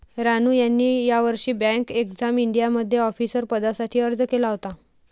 रानू यांनी यावर्षी bank exam इंडियामध्ये ऑफिसर पदासाठी अर्ज केला होता